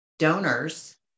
donors